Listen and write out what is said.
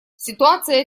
ситуация